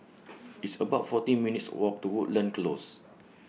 It's about fourteen minutes' Walk to Woodlands Close